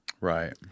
Right